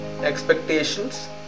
expectations